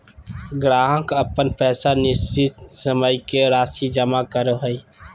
ग्राहक अपन पैसा निश्चित समय के राशि जमा करो हइ